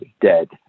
dead